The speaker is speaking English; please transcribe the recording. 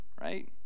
right